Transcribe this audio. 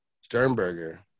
Sternberger